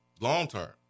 Long-term